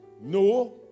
No